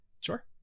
sure